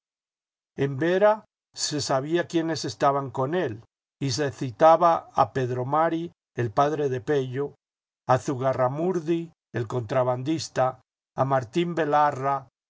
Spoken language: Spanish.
en vera se sabía quiénes estaban con él y se citaba a pedro mari el padre de pello a zugarramurdi el contrabandista a martín belarra